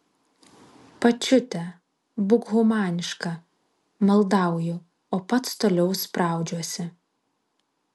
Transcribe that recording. pačiute būk humaniška maldauju o pats toliau spraudžiuosi